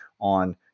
on